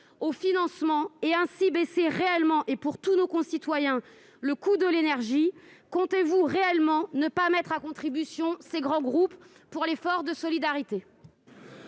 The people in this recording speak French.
au financement et, ainsi, baisser réellement, pour tous nos concitoyens, le coût de l'énergie. Comptez-vous réellement ne pas mettre à contribution ces grands groupes pour l'effort de solidarité ?